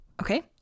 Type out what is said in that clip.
okay